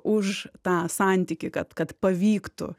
už tą santykį kad kad pavyktų